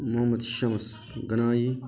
Mohammad Shamas Ghanai